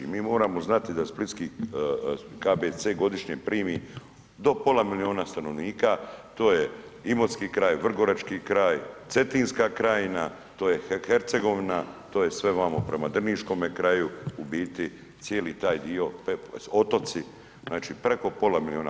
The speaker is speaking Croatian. Mi moramo znati da Splitski KBC godišnje primi do pola milijuna stanovnika, to je imotski kraj, vrgorački kraj, Cetinska krajina, to je Herecigovina, to je sve vamo prema drniškome kraju, u biti cijeli taj dio, otoci, znači preko pola milijuna.